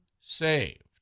saved